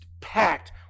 packed